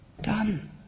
done